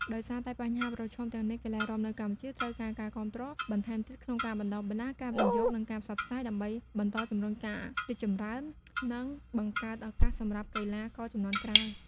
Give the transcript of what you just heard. ដោយសារតែបញ្ហាប្រឈមទាំងនេះ កីឡារាំនៅកម្ពុជាត្រូវការការគាំទ្របន្ថែមទៀតក្នុងការបណ្តុះបណ្តាល ការវិនិយោគ និងការផ្សព្វផ្សាយ ដើម្បីបន្តជំរុញការរីកចម្រើន និងបង្កើតឱកាសសម្រាប់កីឡា ករជំនាន់ក្រោយ។